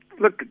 Look